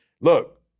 Look